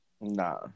Nah